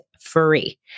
free